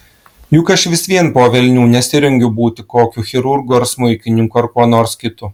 juk aš vis vien po velnių nesirengiu būti kokiu chirurgu ar smuikininku ar kuo nors kitu